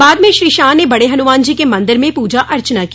बाद में श्री शाह ने बड़े हनुमान जी के मंदिर में पूजा अर्चना की